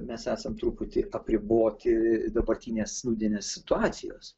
mes esam truputį apriboti dabartinės nūdienės situacijos